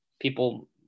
people